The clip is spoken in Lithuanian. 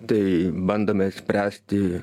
tai bandome spręsti